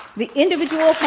the individual